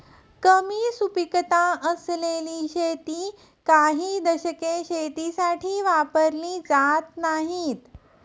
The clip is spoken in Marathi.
कमी सुपीकता असलेली शेती काही दशके शेतीसाठी वापरली जात नाहीत